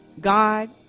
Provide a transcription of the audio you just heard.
God